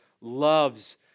loves